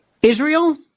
Israel